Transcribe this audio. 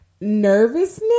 nervousness